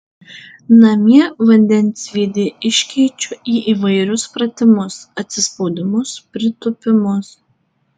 namie vandensvydį iškeičiu į įvairius pratimus atsispaudimus pritūpimus